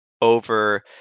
over